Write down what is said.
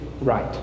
right